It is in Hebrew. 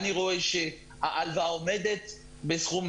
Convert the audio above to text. רואה שההלוואה עומדת בסכום